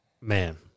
man